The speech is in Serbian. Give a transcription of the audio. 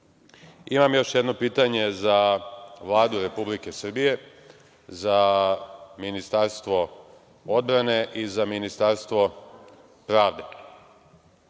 još jedno pitanje za Vladu Republike Srbije, za Ministarstvo odbrane i za Ministarstvo pravde.